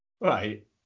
right